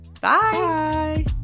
Bye